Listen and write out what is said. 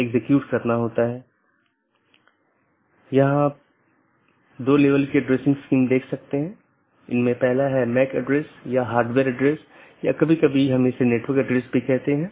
इसका मतलब है कि मार्ग इन कई AS द्वारा परिभाषित है जोकि AS की विशेषता सेट द्वारा परिभाषित किया जाता है और इस विशेषता मूल्यों का उपयोग दिए गए AS की नीति के आधार पर इष्टतम पथ खोजने के लिए किया जाता है